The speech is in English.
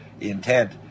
intent